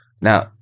Now